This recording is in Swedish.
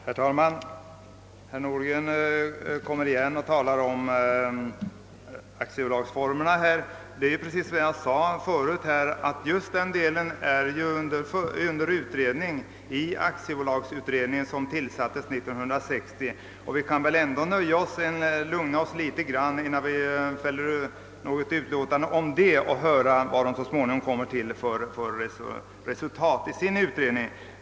Herr talman! Herr Nordgren återkommer till talet om aktiebolagsformerna, men som jag tidigare sade är de frågorna under behandling av aktiebolagsutredningen, som tillsattes 1960, och vi kan väl lugna oss innan vi ställer krav på en ny utredning till dess vi får se vad aktiebolagsutredningen kommer till för resultat.